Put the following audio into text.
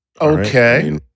Okay